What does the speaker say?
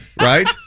Right